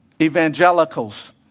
evangelicals